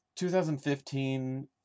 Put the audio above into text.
2015